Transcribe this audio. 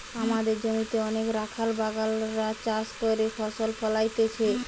আমদের জমিতে অনেক রাখাল বাগাল রা চাষ করে ফসল ফোলাইতেছে